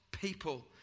people